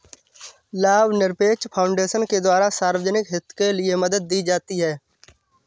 लाभनिरपेक्ष फाउन्डेशन के द्वारा सार्वजनिक हित के लिये मदद दी जाती है